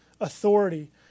Authority